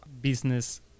business